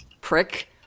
prick